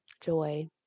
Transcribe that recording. joy